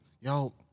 yo